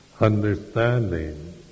understanding